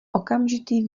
okamžitý